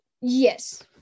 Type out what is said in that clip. Yes